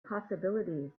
possibilities